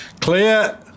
clear